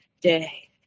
day